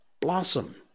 Blossom